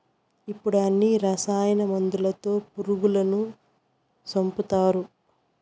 ఇప్పుడు అన్ని రసాయన మందులతో పురుగులను సంపుతారు